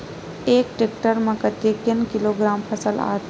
एक टेक्टर में कतेक किलोग्राम फसल आता है?